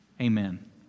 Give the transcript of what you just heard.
Amen